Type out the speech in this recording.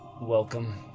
welcome